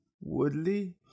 Woodley